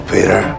Peter